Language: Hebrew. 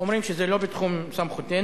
אומרים: זה לא בתחום סמכותנו.